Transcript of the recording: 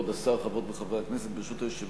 כבוד השר, חברות וחברי הכנסת, ברשות היושב-ראש